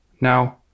Now